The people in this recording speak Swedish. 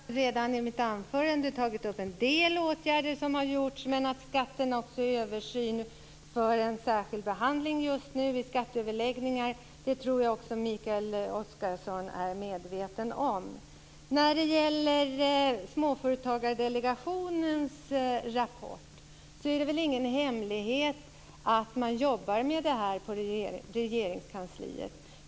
Fru talman! Skatterna har jag redan tagit upp i mitt anförande. En del åtgärder har vidtagits. Skatterna är just nu föremål för en skärskild behandling vid skatteöverläggningar. Det tror jag också Mikael Oscarsson är medveten om. När det gäller Småföretagsdelegationens rapport är det ingen hemlighet att man arbetar med den i Regeringskansliet.